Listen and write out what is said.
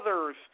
others